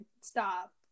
stop